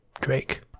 Drake